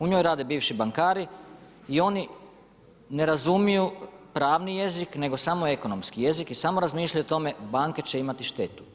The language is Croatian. U njoj rade bivši bankari i oni ne razumiju pravni jezik, nego ekonomski jezik i samo razmišljaju o tome banke će imati štetu.